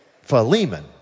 Philemon